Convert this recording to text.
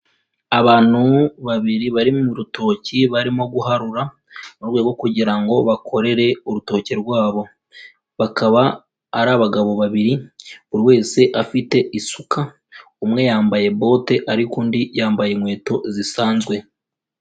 Abantu babiri bari mu rutoki barimo guharura murwego rwo kugira ngo bakorere urutoke rwabo, bakaba ari abagabo babiri buri wese afite isuka, umwe yambaye bote ariko undi yambaye inkweto zisanzwe.